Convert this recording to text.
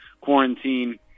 quarantine